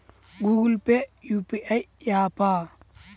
Google Pay UPI య్యాపా?